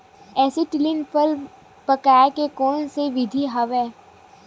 Acetylene फल पकाय के कोन सा विधि आवे?